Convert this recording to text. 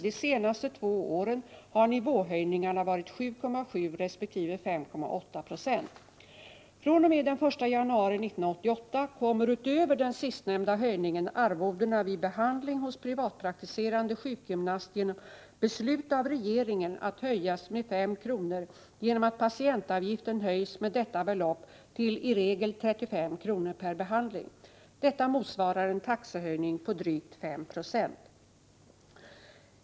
De senaste två åren har nivåhöjningarna varit 7,7 Jo resp. 5,8 Io. fr.o.m. den 1 januari 1988 kommer utöver den sistnämnda höjningen arvodena vid behandling hos privatpraktiserande sjukgymnast genom beslut av regeringen att höjas med 5 kr. genom att patientavgiften höjs med detta belopp till i regel 35 kr. per behandling. Detta motsvarar en taxehöjning på drygt 5 90.